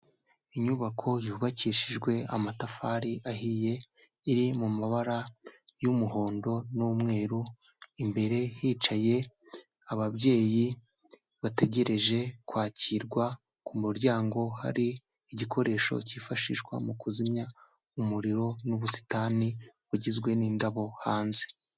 Inyubako yubakishijwe amatafari ahiye iri mu mabara y'umuhondo n'umweru imbere hicaye ababyeyi bategereje kwakirwa, ku muryango hari igikoresho cyifashishwa mu kuzimya umuriro n'ubusitani bugizwe n'indabo hanze.